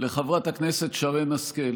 חברות וחברי הכנסת, ראשית,